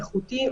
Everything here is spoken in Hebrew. איכותי,